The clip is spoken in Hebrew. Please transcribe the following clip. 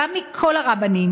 גם מכל הרבנים,